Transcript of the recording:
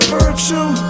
virtue